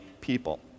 people